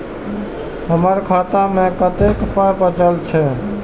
हमर खाता मे कतैक पाय बचल छै